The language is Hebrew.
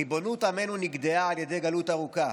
ריבונות עמנו נגדעה על ידי גלות ארוכה,